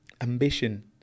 ambition